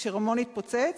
כשרימון התפוצץ,